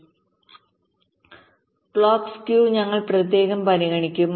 clock സ്കൌഞങ്ങൾ പ്രത്യേകം പരിഗണിക്കും